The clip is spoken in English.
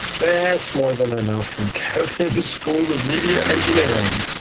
that's more than enough from kevin's school of media engineering.